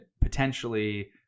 potentially